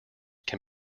can